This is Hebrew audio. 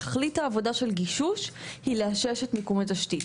תכלית העבודה של גישוש היא לאשש את מיקום התשתית.